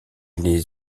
les